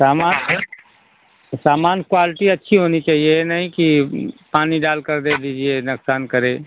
सामान तो सामान क्वालटी अच्छी होनी चहिए ये नहीं कि पानी डाल कर दे दीजिए नुकसान करे